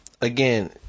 Again